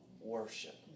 worship